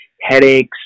headaches